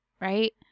right